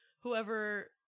whoever